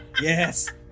Yes